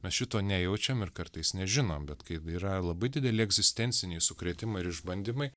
mes šito nejaučiam ir kartais nežinom bet kai yra labai dideli egzistenciniai sukrėtimai ir išbandymai